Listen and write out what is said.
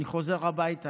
אני חוזר הביתה,